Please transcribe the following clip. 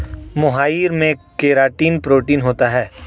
मोहाइर में keratin protein होता है